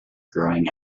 growing